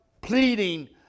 pleading